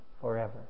forever